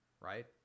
right